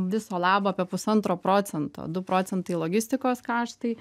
viso labo apie pusantro procento du procentai logistikos kaštai